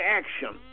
action